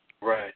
Right